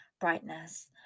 brightness